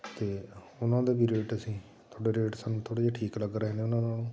ਅਤੇ ਉਹਨਾਂ ਦੇ ਵੀ ਰੇਟ ਅਸੀਂ ਤੁਹਾਡੇ ਰੇਟ ਸਾਨੂੰ ਥੋੜ੍ਹੇ ਜਿਹੇ ਠੀਕ ਲੱਗ ਰਹੇ ਨੇ ਉਹਨਾਂ ਨਾਲੋਂ